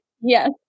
Yes